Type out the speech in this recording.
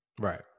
Right